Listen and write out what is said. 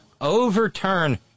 overturn